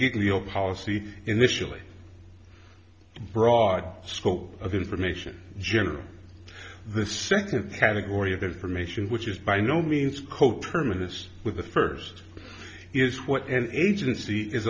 get real policy initially broad scope of information general the second category of information which is by no means coterminous with the first is what an agency is